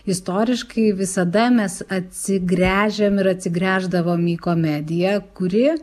istoriškai visada mes atsigręžiam ir atsigręždavom į komediją kuri